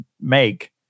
make